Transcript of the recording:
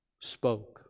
spoke